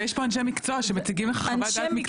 ויש פה אנשי מקצוע שמציגים לך חוות דעת מקצועית.